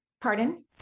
pardon